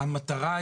במקור,